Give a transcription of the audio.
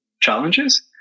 challenges